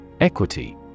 Equity